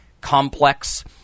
complex